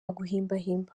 guhimbahimba